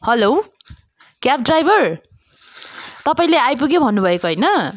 hello cab driver तपाईँले आइपुग्यो भन्नु भएको होइन